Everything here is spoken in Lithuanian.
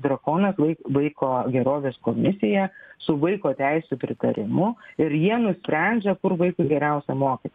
drakonas vaiko gerovės komisija su vaiko teisių pritarimu ir jie nusprendžia kur vaikui geriausia mokytis